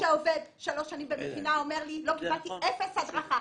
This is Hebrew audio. שעובד שלוש שנים במכינה אומר: לא קבלתי הדרכה.